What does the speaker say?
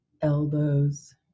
elbows